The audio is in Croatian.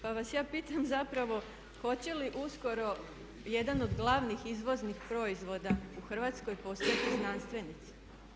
Pa vas ja pitam zapravo hoće li uskoro jedan od glavnih izvoznih proizvoda u Hrvatskoj postati znanstvenici?